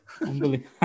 Unbelievable